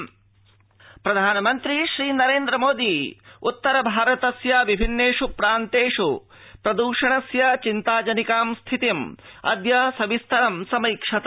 प्रधानमंत्री प्रदूषणम् प्रधानमंत्री श्रीनरेंद्र मोदी उत्तर भारतस्य विभिन्नेषु प्रान्तेषु प्रदूषणस्य चिन्ता जनिकां स्थितिम् अद्य सविस्तरं समैक्षत